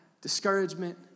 discouragement